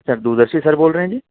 sir ਦੂਰਦਰਸ਼ੀ sir ਬੋਲ ਰਹੇ ਜੀ